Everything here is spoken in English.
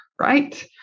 right